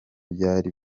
byari